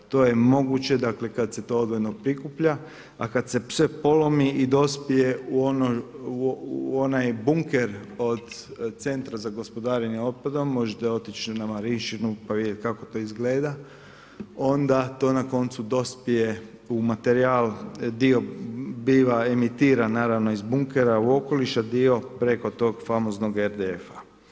To je moguće kad se to odvojeno prikuplja, a kad se sve polomi i dospije u onaj bunker od centra za gospodarenje otpadom, možete otići na Marinšćinu pa vidjet kako izgleda, onda to na koncu dospije u materijal, dio biva emitiran naravno iz bunkera u okoliš a dio preko tog famoznog RDF-a.